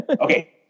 okay